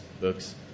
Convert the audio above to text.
books